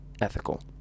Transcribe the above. ethical